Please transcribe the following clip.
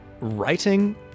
writing